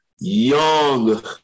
young